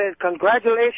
congratulations